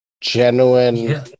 genuine